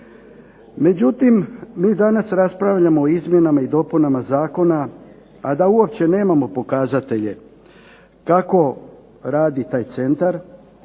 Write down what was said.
Međutim, mi danas raspravljamo o izmjenama i dopunama zakona a da uopće nemamo pokazatelje kako radi taj centar,